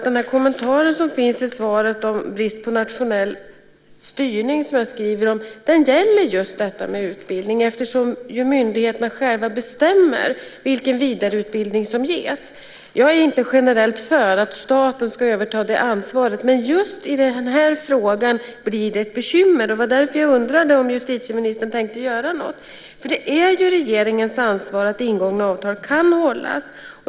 Den kommentar som finns i svaret till detta med brist på nationell styrning som jag skriver om gäller just detta med utbildning. Myndigheterna bestämmer ju själva vilken vidareutbildning som ges. Jag är inte generellt för att staten ska överta det ansvaret, men just i den här frågan blir det ett bekymmer. Det var därför jag undrade om justitieministern tänkte göra något. Det är ju regeringens ansvar att ingångna avtal kan hållas.